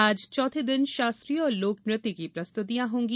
आज चौथे दिन षास्त्रीय व लोक नृत्य की प्रस्तृतियां होगी